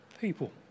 people